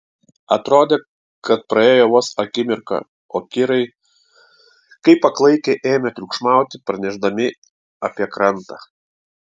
atrodė kad praėjo vos akimirka o kirai kaip paklaikę ėmė triukšmauti pranešdami apie krantą